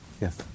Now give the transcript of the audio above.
Yes